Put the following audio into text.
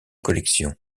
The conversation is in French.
collections